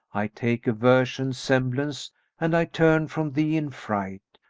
i take aversion semblance and i turn from thee in fright,